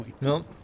No